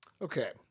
Okay